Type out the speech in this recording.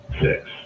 six